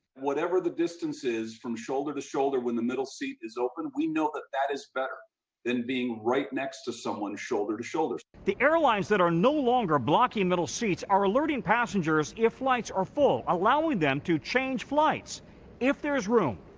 whatever the distance is from shoulder to shoulder when the middle seat is open, we know that that is better than being right next to someone shoulder to shoulders. reporter the airlines that are no longer blocking middle seats are alerting passengers if flights are full, allowing them to change flights if there is room.